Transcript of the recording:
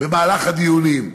במהלך הדיונים.